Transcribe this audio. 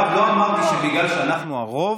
מירב, לא אמרתי שבגלל שאנחנו הרוב,